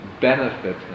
benefit